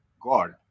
God